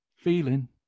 feeling